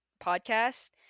podcast